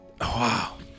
Wow